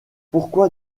pourquoi